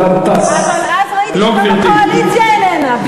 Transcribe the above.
אבל אז ראיתי שגם הקואליציה איננה.